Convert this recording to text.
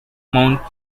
mount